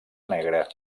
negra